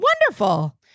Wonderful